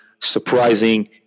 surprising